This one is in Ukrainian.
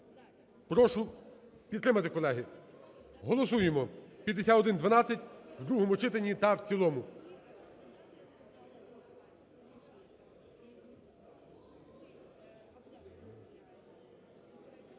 прошу підтримати, колеги. Голосуємо 5112 в другому читанні та в цілому.